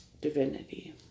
divinity